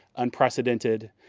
unprecedented,